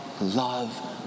love